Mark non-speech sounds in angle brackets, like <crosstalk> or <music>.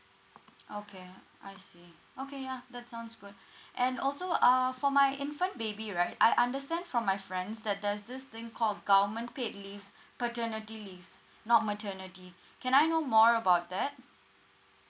okay I see okay yeah that sounds good <breath> and also uh for my infant baby right I understand from my friends that there's this thing called government paid leaves <breath> paternity leaves not maternity can I know more about that